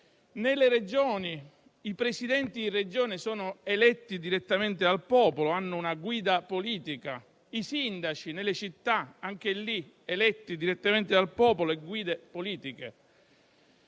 nelle Regioni i Presidenti sono eletti direttamente dal popolo, hanno una guida politica; i sindaci, nelle città, sono anch'essi eletti direttamente dal popolo e sono guide politiche.